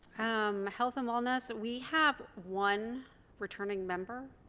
um health and wellness we have one returning member